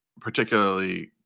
particularly